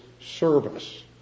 service